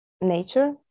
nature